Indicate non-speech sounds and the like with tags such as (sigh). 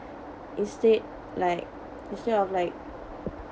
instead like instead of like (noise)